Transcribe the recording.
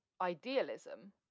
idealism